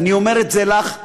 ואני אומר את זה לך,